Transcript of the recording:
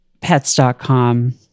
Pets.com